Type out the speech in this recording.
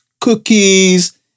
cookies